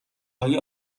های